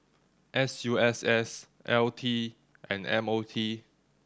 S U S S L T and M O T